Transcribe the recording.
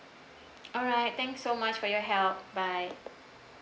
alright thank so much for your help bye